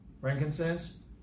frankincense